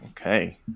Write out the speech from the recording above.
Okay